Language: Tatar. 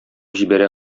җибәрә